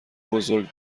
بزرگم